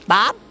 Bob